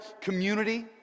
Community